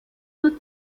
nur